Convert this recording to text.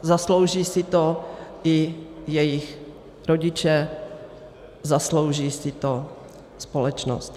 Zaslouží si to i jejich rodiče, zaslouží si to společnost.